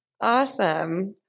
Awesome